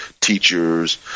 teachers